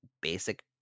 basic